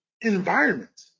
environment